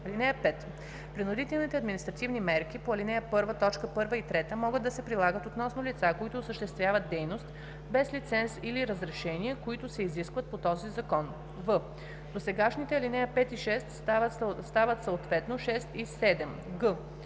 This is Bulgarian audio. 5: „(5) Принудителните административни мерки по ал. 1, т. 1 и 3 могат да се прилагат и относно лица, които осъществяват дейност без лиценз или разрешение, които се изискват по този закон.“; в)досегашните ал. 5 и 6 стават съответно ал. 6